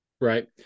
right